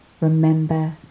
Remember